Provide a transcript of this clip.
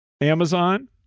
Amazon